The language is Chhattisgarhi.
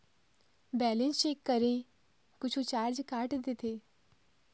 बैलेंस चेक करें कुछू चार्ज काट देथे?